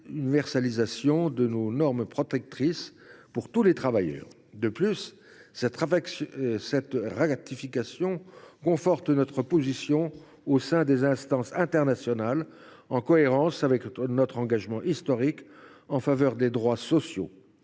l’universalisation de normes protectrices pour tous les travailleurs. De plus, cette ratification confortera notre position au sein des instances internationales, en cohérence avec notre engagement historique en faveur des droits sociaux.